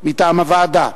מטעם הוועדה.